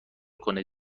کنه